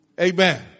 Amen